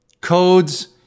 codes